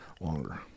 longer